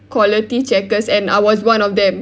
quality checkers and I was one of them